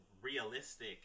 realistic